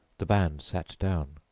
the band sat down,